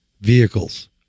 vehicles